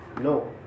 No